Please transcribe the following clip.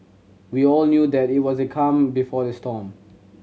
we all knew that it was the calm before the storm